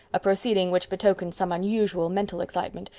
a proceeding which betokened some unusual mental excitement,